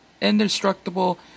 indestructible